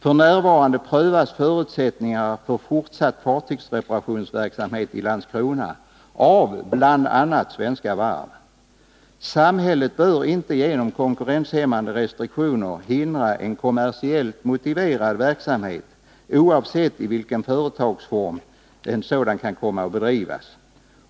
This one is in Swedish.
F.n. prövas förutsättningarna för fortsatt fartygsreparationsverksamhet i Landskrona av bl.a. Svenska Varv. Samhället bör inte genom konkurrenshämmande restriktioner hindra en kommersiellt motiverad verksamhet oavsett i vilken företagsform den bedrivs.